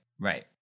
Right